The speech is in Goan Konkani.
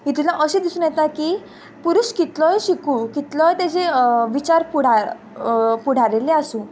हितुंतल्यान अशें दिसून येता की पुरूश कितलोय शिकू कितलोय तेजे विचार पुढार पुढारिल्ले आसू